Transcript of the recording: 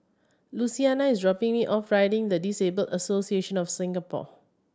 Luciana is dropping me off Riding the Disabled Association of Singapore